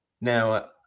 Now